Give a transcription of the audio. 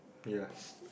ya